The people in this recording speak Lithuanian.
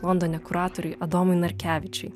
londone kuratoriui adomui narkevičiui